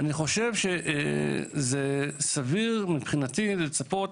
מבחינתי, סביר לצפות